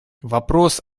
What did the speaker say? вопрос